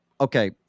okay